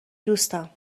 دوستم